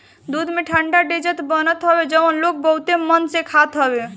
दूध से ठंडा डेजर्ट बनत हवे जवन लोग बहुते मन से खात हवे